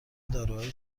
داروهای